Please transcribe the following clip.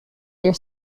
their